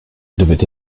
devait